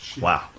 Wow